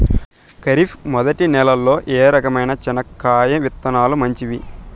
ఖరీఫ్ మొదటి నెల లో ఏ రకమైన చెనక్కాయ విత్తనాలు మంచివి